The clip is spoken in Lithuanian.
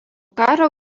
karo